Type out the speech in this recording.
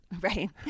Right